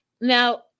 now